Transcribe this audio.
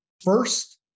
first